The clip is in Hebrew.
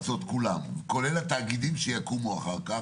דומים, שיפורטו בכללים, נכון